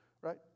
right